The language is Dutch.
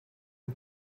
een